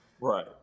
Right